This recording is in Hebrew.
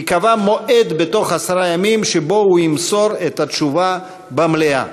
ייקבע מועד בתוך עשרה ימים שבו הוא ימסור את התשובה במליאה.